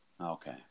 Okay